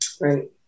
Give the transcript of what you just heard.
right